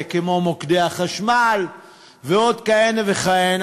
כמו מוקד החשמל ועוד כהנה וכהנה,